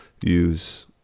use